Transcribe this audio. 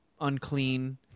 unclean